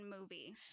movie